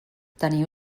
teniu